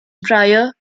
prior